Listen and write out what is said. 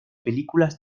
películas